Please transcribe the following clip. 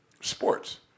sports